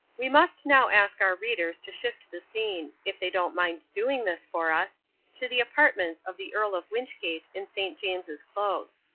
we must now ask our readers to shift the scene if they don't mind doing this for us to the apartments of the earl of wynchgate in st. james's close.